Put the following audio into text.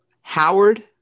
Howard